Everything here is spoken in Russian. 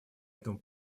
этому